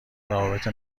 روابط